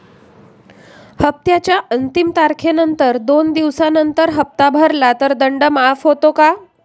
हप्त्याच्या अंतिम तारखेनंतर दोन दिवसानंतर हप्ता भरला तर दंड माफ होतो का?